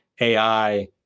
AI